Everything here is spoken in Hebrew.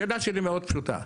השאלה שלי מאוד פשוטה.